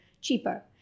cheaper